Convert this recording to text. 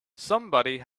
somebody